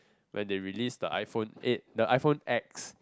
when they release the iPhone eight the iPhone X